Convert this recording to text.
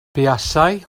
buasai